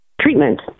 treatment